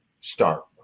start